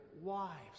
wives